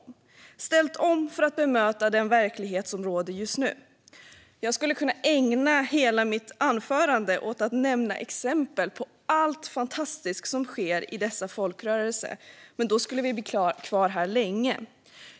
De har ställt om för att bemöta den verklighet som råder just nu. Jag skulle kunna ägna hela mitt anförande åt att nämna exempel på allt fantastiskt som sker i dessa folkrörelser, men då skulle vi bli kvar här länge.